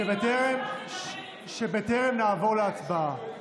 שבטרם נעבור להצבעה,